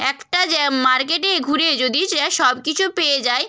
একটা যা মার্কেটে ঘুরে যদি সে সব কিছু পেয়ে যায়